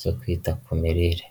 zo kwita ku mirire.